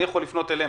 אני יכול לפנות אליהם,